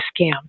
scam